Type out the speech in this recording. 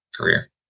career